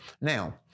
Now